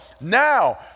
now